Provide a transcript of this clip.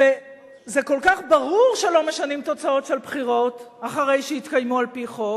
וזה כל כך ברור שלא משנים תוצאות של בחירות אחרי שהתקיימו על-פי חוק.